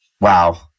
wow